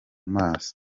maso